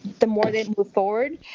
the more they move forward.